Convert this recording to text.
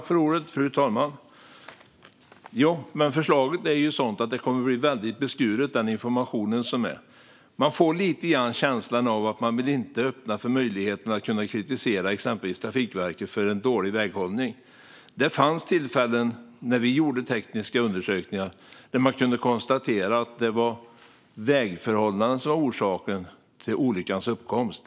Fru talman! Förslaget är sådant att informationen kommer att bli väldigt beskuren. Jag får lite grann känslan av att man inte vill öppna för möjligheten att kritisera exempelvis Trafikverket för en dålig väghållning. Det fanns tillfällen när vi gjorde tekniska undersökningar då vi kunde konstatera att det var vägförhållandena som var orsaken till olyckans uppkomst.